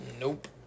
Nope